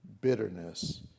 Bitterness